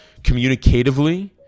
Communicatively